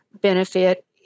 benefit